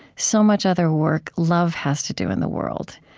so much other work love has to do in the world.